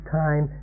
time